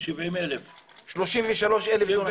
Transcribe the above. עם 33,000 דונם.